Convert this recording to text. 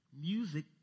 Music